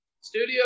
studio